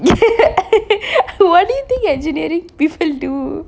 what do you think engineering people do